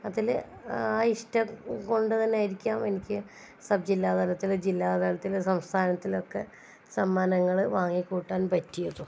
അതിൽ ആ ഇഷ്ടം കൊണ്ടു തന്നെ ആയിരിക്കാം എനിക്ക് സബ്ബ് ജില്ലാതലത്തിലും ജില്ലാതലത്തിലും സംസ്ഥാനത്തിലൊക്കെ സമ്മാനങ്ങൾ വാങ്ങിക്കൂട്ടാൻ പറ്റിയതും